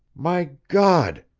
my god!